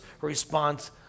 response